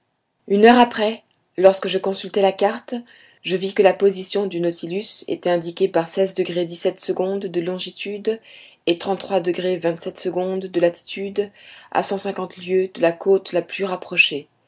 une heure après lorsque je consultai la carte je vis que la position du nautilus était indiquée par de longitude et de latitude à cent cinquante lieues de la côte la plus rapprochée